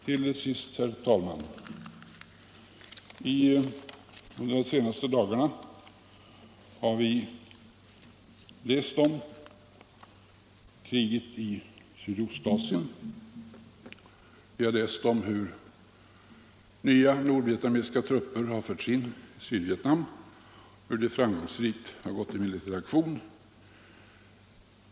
Till sist, herr talman: Under de senaste dagarna har vi läst om kriget i Sydostasien. Vi har läst om hur nya nordvietnamesiska trupper har förts in i Sydvietnam och hur de framgångsrikt gått till militär aktion.